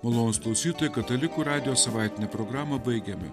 malonūs klausytojai katalikų radijo savaitinę programą baigiame